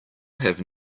have